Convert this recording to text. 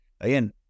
again